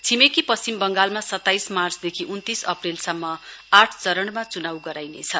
छिमेकी पश्चिम वंगालमा सताइस मार्चदेखि उन्तीस अप्रेलसम्म आठ चरणमा चुनाउ गराइनेछ